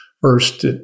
First